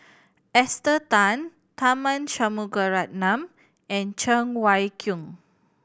Esther Tan Tharman Shanmugaratnam and Cheng Wai Keung